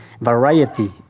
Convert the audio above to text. variety